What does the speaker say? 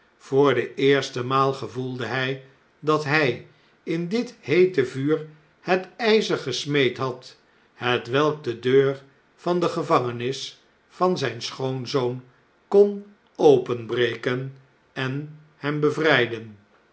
voor de eerste maal gevoelde hy dat hij in dit heete vuur het jjzer gesmeed had hetwelk de deur van de gevangenis van zijn schoonzoon kon openbreken en hem bevrijden